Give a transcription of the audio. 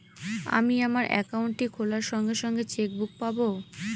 আমি আমার একাউন্টটি খোলার সঙ্গে সঙ্গে চেক বুক পাবো?